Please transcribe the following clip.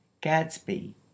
Gadsby